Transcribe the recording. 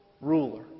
ruler